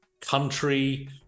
country